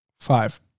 Five